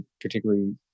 particularly